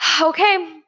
Okay